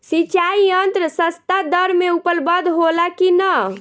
सिंचाई यंत्र सस्ता दर में उपलब्ध होला कि न?